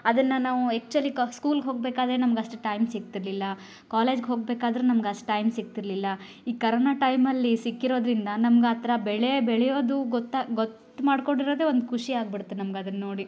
ಅದನ್ನ ನಾವು ಆ್ಯಕ್ಚುಲಿ ಸ್ಕೂಲ್ಗೆ ಹೋಗಬೇಕಾದ್ರೆ ನಮ್ಗಷ್ಟು ಟೈಮ್ ಸಿಗ್ತಿರಲಿಲ್ಲ ಕಾಲೇಜ್ಗೆ ಹೋಗಬೇಕಾದ್ರುನು ನಮ್ಗಷ್ಟು ಟೈಮ್ ಸಿಗ್ತಿರಲಿಲ್ಲ ಈ ಕರೋನ ಟೈಮಲ್ಲಿ ಸಿಕ್ಕಿರೋದರಿಂದ ನಮ್ಗೆ ಆ ಥರ ಬೆಳೆ ಬೆಳೆಯೋದು ಗೊತ್ತು ಗೊತ್ತು ಮಾಡ್ಕೊಂಡಿರೋದೇ ಒಂದು ಖುಷಿ ಆಗ್ಬಿಡ್ತು ನಮ್ಗೆ ಅದನ್ನ ನೋಡಿ